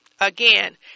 Again